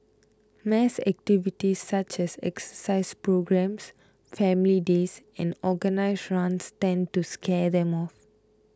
mass activities such as exercise programmes family days and organised runs tend to scare them off